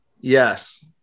yes